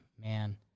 man